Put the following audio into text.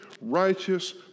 righteous